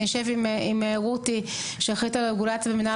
אני אשב עם רותי שאחראית על הרגולציה במינהל